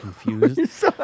confused